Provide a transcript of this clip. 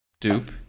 Dupe